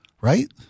Right